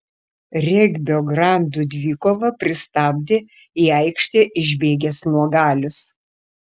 regbio grandų dvikovą pristabdė į aikštę išbėgęs nuogalius